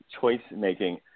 choice-making